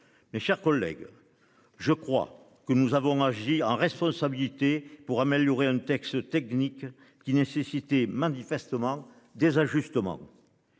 Mes chers collègues. Je crois que nous avons agi en responsabilité pour améliorer un texte technique qui nécessiter manifestement des ajustements.